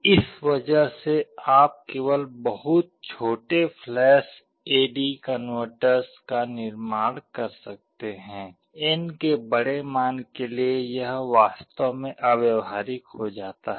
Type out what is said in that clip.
इस वजह से आप केवल बहुत छोटे फ्लैश ए डी कन्वर्टर्स का निर्माण कर सकते हैं n के बड़े मान के लिए यह वास्तव में अव्यवहारिक हो जाता है